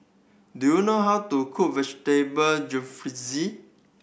do you know how to cook Vegetable Jalfrezi